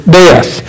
death